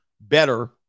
better